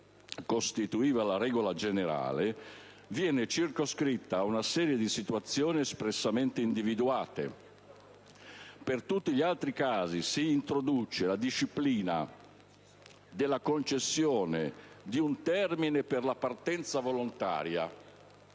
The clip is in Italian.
costituiva la regola generale, viene circoscritta ad una serie di situazioni espressamente individuate. Per tutti gli altri casi si introduce la disciplina della concessione di un termine per la partenza volontaria